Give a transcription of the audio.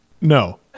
no